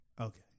Okay